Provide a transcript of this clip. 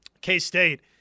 K-State